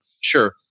Sure